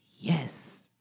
Yes